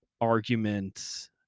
arguments